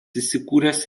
įsikūręs